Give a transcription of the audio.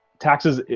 taxes,